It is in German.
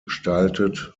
gestaltet